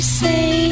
say